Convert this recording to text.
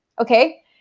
Okay